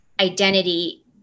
identity